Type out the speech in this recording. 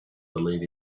believe